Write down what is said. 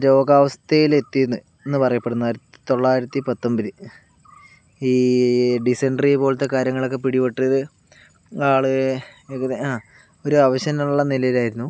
രോഗാവസ്ഥേൽ എത്തിയെന്ന് പറയാം ആയിരത്തി തൊള്ളായിരത്തി പത്തൊമ്പതില് ഈ ഡിസെഡ്രി പോലത്തെ കാര്യങ്ങളൊക്കെ പിടിപെട്ട് ആള് ഏക ആ ഒരു അവശതയുള്ള നിലയിലായിരുന്നു